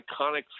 iconic